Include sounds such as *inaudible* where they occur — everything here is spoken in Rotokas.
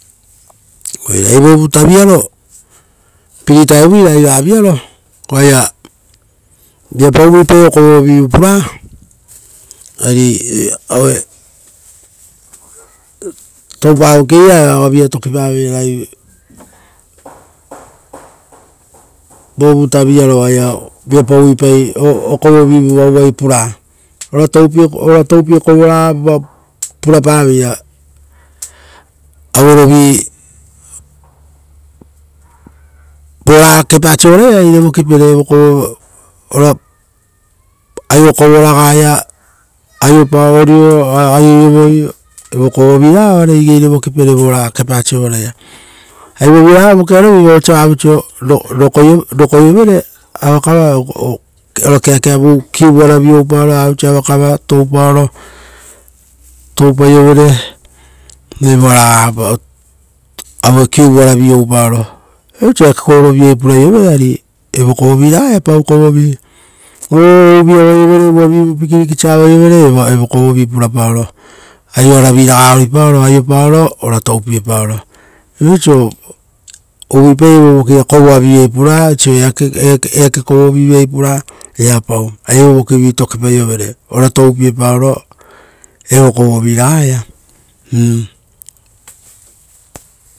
Oire ragai vo vuta vi aro free time vi ragai vavi aro, oaia viapau rutu okovo rovivu rutu puraa, ari aue, toupavoki viraga ovia toki paveira ragai *noise* vo vuta viaro oaia viapau uvuipai okovovi vuavu vai puraa. Ora toupee kova raga purapa veira, *noise* aue rovi voraga kepaa sovaraia ragai re vokipere evo kovo ora aio kovo raga ia aioparo ri- aio iovoi, evo kovo viraga oai igeire vokipere vo kepaa sovaraia. Ari vovio raga vokiarovi vosa vavoiso roro- *noise* roko iovere avakava, eakera, kiuvu aravi oupaoro vavoisa avakava toupaoro, toupaiovere, evoa raga aue kiuvu ara oupaoro. Oiso eake kovoro vivai puraiovere ari, evo kovovi raga pau kovivi, o ovuvi avaio vere uvaviu *unintelligible* avaio vere, uva evo kovovi pura paoro, aio aravi raga oiripaoro aio paoro ora toupee paoro. Viapau oiso uvuipaiei vovokia kovoa vi puraa oiso eake- ee- *noise* kovovi vai puraa, viapau, ari evo vokivi tokipa iovere, ora toupee paoro, evo kovo viraga ia. *hesitation*